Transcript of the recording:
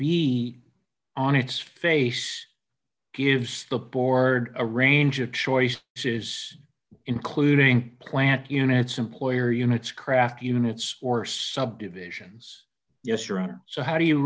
b on its face gives the board a range of choices says including plant units employer units craft units or subdivisions yes your honor so how do you